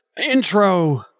Intro